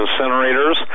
incinerators